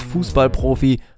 Fußballprofi